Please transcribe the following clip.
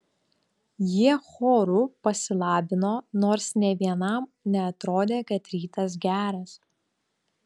jie choru pasilabino nors nė vienam neatrodė kad rytas geras